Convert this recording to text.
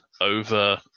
over